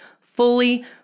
fully